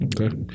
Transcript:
Okay